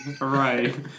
right